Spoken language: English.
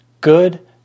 Good